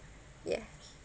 ye